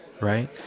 right